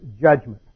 judgment